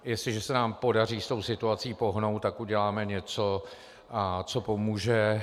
Jestliže se nám podaří s tou situací pohnout, tak uděláme něco, co pomůže.